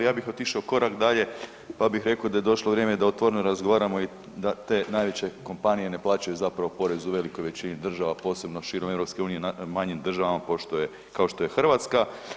Ja bih otišao korak dalje, pa bih reko da je došlo vrijeme da otvoreno razgovaramo i da te najveće kompanije ne plaćaju zapravo porez u velikoj većini država, posebno širom EU manjim država pošto je, kao što je Hrvatska.